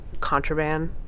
contraband